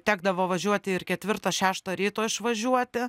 tekdavo važiuoti ir ketvirtą šeštą ryto išvažiuoti